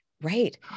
Right